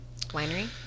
winery